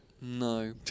No